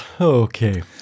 Okay